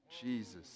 Jesus